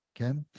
Okay